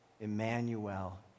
Emmanuel